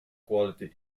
quality